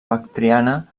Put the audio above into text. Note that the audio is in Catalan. bactriana